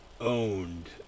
owned